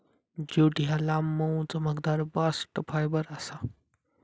jute ह्या लांब, मऊ, चमकदार बास्ट फायबर आसा